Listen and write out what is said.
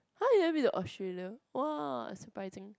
!huh! you never been to Australia !wah! surprising